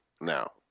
now